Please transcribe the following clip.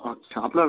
আচ্ছা আপনার